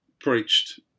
preached